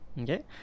okay